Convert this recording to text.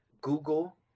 Google